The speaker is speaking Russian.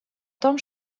том